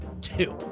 two